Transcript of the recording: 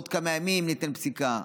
עוד כמה ימים ניתן פסיקה,